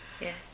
yes